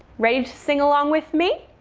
ready to sing along with me?